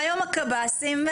והיום הקב"סים.